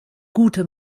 gute